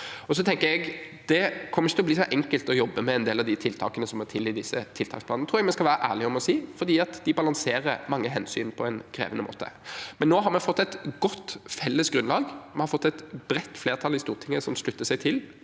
ikke kommer til å bli så enkelt å jobbe med en del av de tiltakene som må til i disse tiltaksplanene. Det tror jeg vi skal være ærlige om og si, for de balanserer mange hensyn på en krevende måte. Samtidig har vi nå fått et godt felles grunnlag. Vi har fått et bredt flertall i Stortinget som slutter seg til